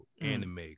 anime